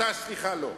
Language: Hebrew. אתה, סליחה, לא.